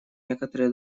некоторые